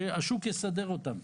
שהשוק יסדר אותם.